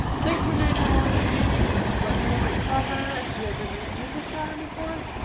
thanks for knitting along with me let me know what you thought about it have you ever used this pattern before?